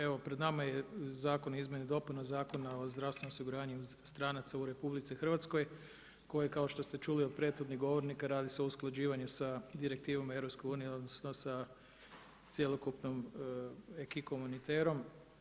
Evo pred nama je zakon o izmjenama i dopunama Zakona o zdravstvenom osiguranju stranaca u RH koji kao što ste čuli od prethodnih govornika radi se o usklađivanju sa direktivom EU odnosno sa cjelokupnom acquis communautaire.